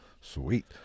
Sweet